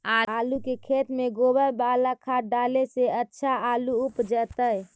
आलु के खेत में गोबर बाला खाद डाले से अच्छा आलु उपजतै?